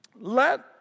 Let